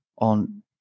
on